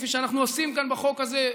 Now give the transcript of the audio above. כפי שאנחנו עושים כאן בחוק הזה,